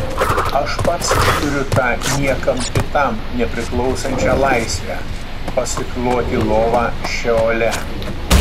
aš pats turiu tą niekam kitam nepriklausančią laisvę pasikloti lovą šeole